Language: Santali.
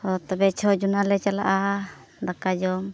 ᱦᱚᱸ ᱛᱚᱵᱮ ᱪᱷᱚ ᱡᱚᱱᱟᱞᱮ ᱪᱟᱞᱟᱜᱼᱟ ᱫᱟᱠᱟ ᱡᱚᱢ